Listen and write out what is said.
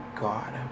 God